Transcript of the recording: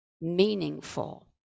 meaningful